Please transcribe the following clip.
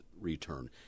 return